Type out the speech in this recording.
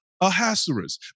Ahasuerus